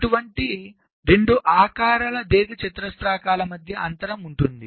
అటువంటి 2 ఆకారాల దీర్ఘచతురస్రాల మధ్య అంతరం ఉంటుంది